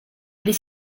les